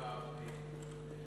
פנים.